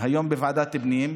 היום בוועדת הפנים,